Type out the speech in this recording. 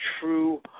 true